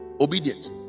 Obedience